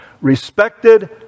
respected